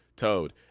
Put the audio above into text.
toad